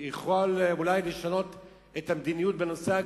שאולי יוכל לשנות את המדיניות בנושא הגרעין.